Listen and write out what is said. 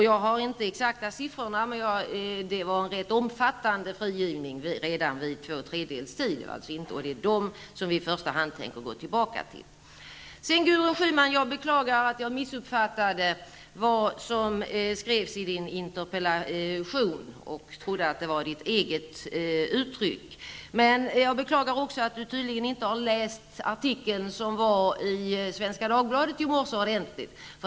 Jag har inte de exakta siffrorna, men det var en rätt omfattande frigivning redan efter tvåtredjedelar av tiden. Det är de reglerna vi i första hand tänker gå tillbaka till. Jag beklagar Gudrun Schyman att jag missuppfattade det som skrevs i interpellationen. Jag trodde att det var Gudrun Schymans eget uttryck. Jag beklagar också att Gudrun Schyman tydligen inte har läst artikeln som var införd i Svenska Dagbladet i morse.